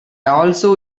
also